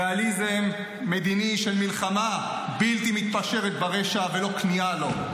ריאליזם מדיני של מלחמה בלתי מתפשרת ברשע ולא כניעה לו,